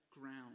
ground